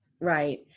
right